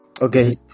Okay